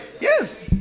yes